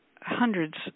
hundreds